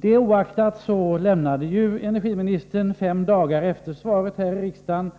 Det oaktat anlade energiministern vid en presskonferens fem dagar efter avlämnandet av svaret här i riksdagen